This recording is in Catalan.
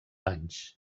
anys